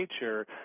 nature